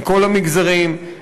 מכל המגזרים,